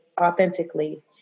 authentically